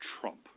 Trump